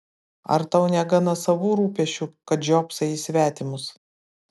ar tau negana savų rūpesčių kad žiopsai į svetimus